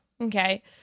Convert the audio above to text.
Okay